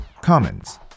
comments